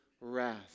wrath